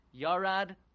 Yarad